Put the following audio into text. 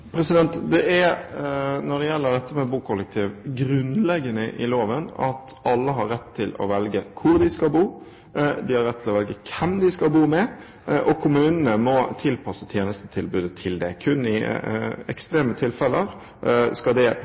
Det er, når det gjelder bokollektiv, grunnleggende i loven at alle har rett til å velge hvor de skal bo, de har rett til å velge hvem de skal bo med, og kommunene må tilpasse tjenestetilbudet til det. Kun i ekstreme tilfeller skal det